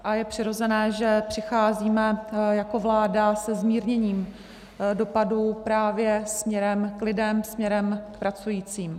A je přirozené, že přicházíme jako vláda se zmírněním dopadů právě směrem k lidem, směrem k pracujícím.